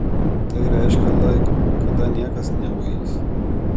tai reiškė laiką kada niekas neuis